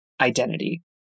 identity